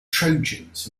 trojans